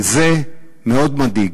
זה מאוד מדאיג.